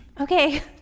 Okay